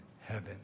heaven